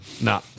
Nah